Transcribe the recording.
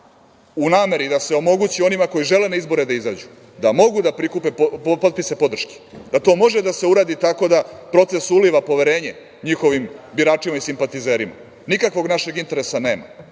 u nameri da se omogući onima koji žele na izbore da izađu, da mogu da prikupe potpise podrške, da to može da se uradi tako da proces uliva poverenje njihovim biračima i simpatizerima, nikakvog našeg interesa nema,